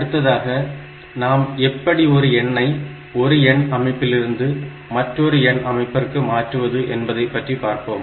அடுத்ததாக நாம் எப்படி ஒரு எண்ணை ஒரு எண் அமைப்பிலிருந்து மற்றொரு எண் அமைப்பிற்கு மாற்றுவது என்பதை பற்றி பார்ப்போம்